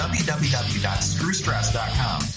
www.screwstress.com